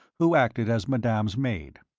who acted as madame's maid.